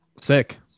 sick